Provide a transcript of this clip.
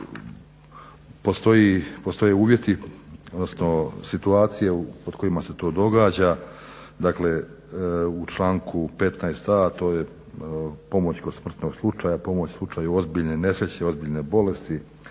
postoje uvjeti odnosno situacije pod kojima se to događa. Dakle u članku 15.a to je pomoć kod smrtnog slučaja, pomoć u slučaju ozbiljne nesreće, ozbiljne bolesti,